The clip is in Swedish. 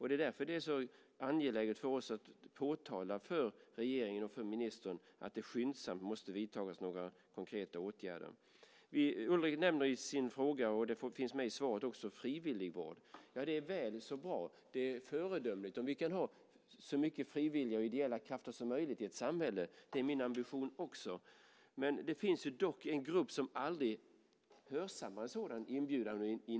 Det är därför det är så angeläget för oss att påtala för regeringen och för ministern att det skyndsamt måste vidtas några konkreta åtgärder. Ulrik nämner i sin fråga frivilligvård, och det finns med i svaret också. Det är bra. Det är föredömligt om vi kan ha så mycket frivilliga och ideella krafter som möjligt i ett samhälle. Det är min ambition också. Men det finns en grupp som aldrig hörsammar en sådan inbjudan.